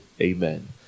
Amen